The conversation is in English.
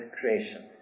creation